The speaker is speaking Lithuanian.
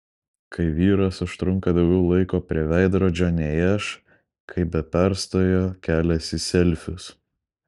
kai vyras užtrunka daugiau laiko prie veidrodžio nei aš kai be perstojo keliasi selfius